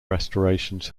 restorations